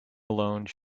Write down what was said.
alone